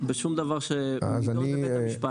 בשום דבר שיידון בבית המשפט.